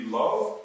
love